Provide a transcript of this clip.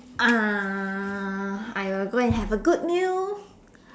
uh I will go and have a good meal